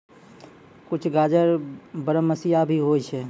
कुछ गाजर बरमसिया भी होय छै